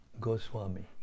Goswami